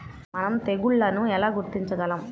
మనం తెగుళ్లను ఎలా గుర్తించగలం?